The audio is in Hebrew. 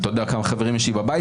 אני מסיים.